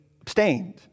abstained